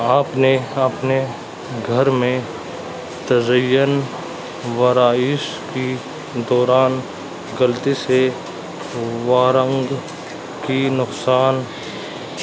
آپ نے اپنے گھر میں تزئین و آرائش کی دوران غلطی سے وارنگ کی نقصان